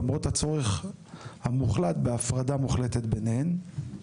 למרות הצורך המוחלט בהפרדה מוחלטת ביניהם.